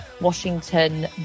Washington